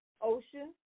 Ocean